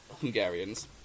Hungarians